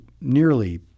nearly